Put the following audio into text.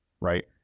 Right